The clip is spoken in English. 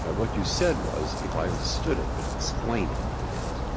but what you said was, if i understood it, but explain it if it is,